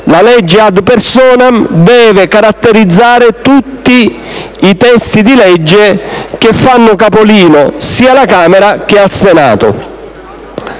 la legge *ad personam* deve caratterizzare tutti i testi di legge che fanno capolino, sia alla Camera che al Senato.